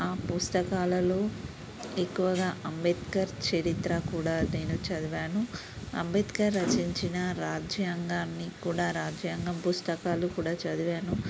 ఆ పుస్తకాలలో ఎక్కువగా అంబేద్కర్ చరిత్ర కూడా నేను చదివాను అంబేద్కర్ రచించిన రాజ్యాంగాన్ని కూడా రాజ్యాంగం పుస్తకాలు కూడా చదివాను